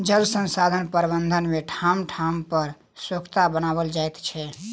जल संसाधन प्रबंधन मे ठाम ठाम पर सोंखता बनाओल जाइत छै